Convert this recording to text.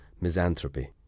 misanthropy